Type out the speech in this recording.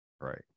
right